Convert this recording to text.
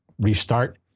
restart